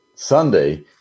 Sunday